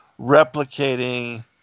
replicating